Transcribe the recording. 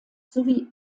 sowie